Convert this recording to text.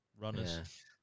runners